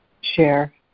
share